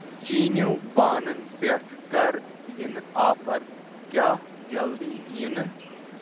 چیٖنو بانَن پٮ۪ٹھ کَر یِنہٕ آفر ؟ کیٛاہ جلدٕی یِنہٕ؟